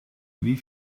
wie